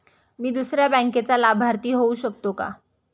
मी दुसऱ्या बँकेचा लाभार्थी होऊ शकतो का?